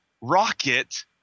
rocket